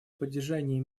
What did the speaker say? поддержания